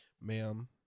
ma'am